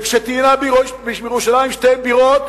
וכשתהיינה בירושלים שתי בירות,